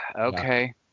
okay